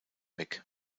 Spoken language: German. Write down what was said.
weg